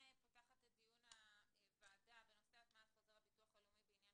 אני פותחת את הדיון הוועדה בנושא: הטמעת חוזר הביטוח הלאומי בעניין